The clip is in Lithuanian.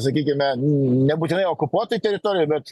sakykime nebūtinai okupuotoj teritorijoj bet